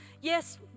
yes